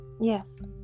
Yes